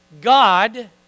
God